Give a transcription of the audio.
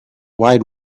wide